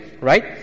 right